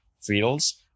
fields